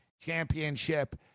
championship